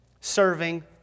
serving